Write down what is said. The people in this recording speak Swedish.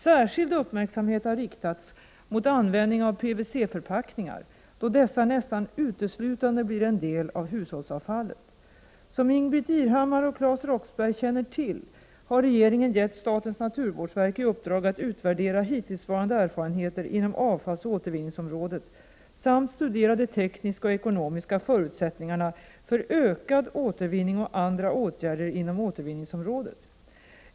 Särskild uppmärksamhet har riktats mot användning av PVC förpackningar, då dessa nästan uteslutande blir en del av hushållsavfallet. Som Ingbritt Irhammar och Claes Roxbergh känner till har regeringen gett statens naturvårdsverk i uppdrag att utvärdera hittillsvarande erfarenheter inom avfallsoch återvinningsområdet samt studera de tekniska och ekonomiska förutsättningarna för ökad återvinning och andra åtgärder inom återvinningsområdet.